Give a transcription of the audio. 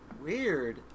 Weird